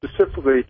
specifically